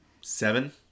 seven